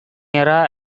adalah